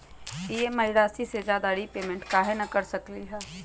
हम ई.एम.आई राशि से ज्यादा रीपेमेंट कहे न कर सकलि ह?